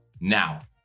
Now